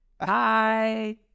hi